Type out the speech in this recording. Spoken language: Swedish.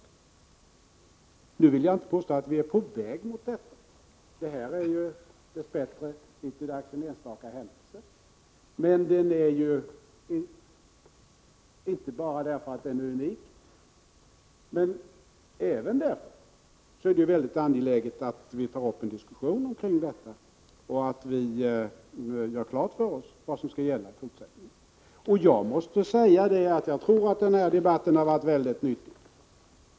Jag vill inte påstå att vi är på väg mot något sådant. Dess bättre är detta hittilldags en enstaka händelse. Inte bara därför att denna händelse är unik, men även därför, är det mycket angeläget att vi tar upp en diskussion kring den. Vi bör göra klart för oss vad som skall gälla i fortsättningen. Jag tror att den här debatten har varit väldigt nyttig.